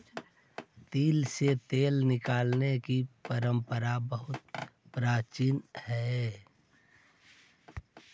तिल से तेल निकालने की परंपरा बहुत प्राचीन हई